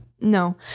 No